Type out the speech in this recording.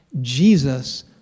Jesus